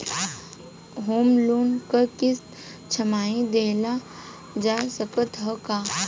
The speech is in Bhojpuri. होम लोन क किस्त छमाही देहल जा सकत ह का?